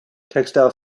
textile